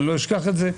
אני לא אשכח את זה.